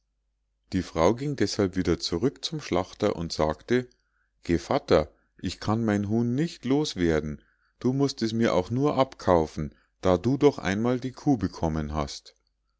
die frau ging deßhalb wieder zurück zum schlachter und sagte gevatter ich kann mein huhn nicht los werden du musst es mir auch nur abkaufen da du doch einmal die kuh bekommen hast